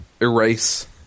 erase